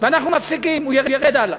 ואנחנו מפסיקים, הוא ירד הלאה.